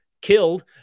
killed